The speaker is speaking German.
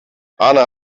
arne